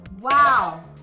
Wow